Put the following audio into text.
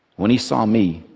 when he saw me,